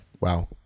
Wow